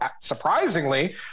surprisingly